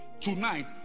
tonight